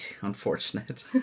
unfortunate